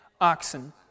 oxen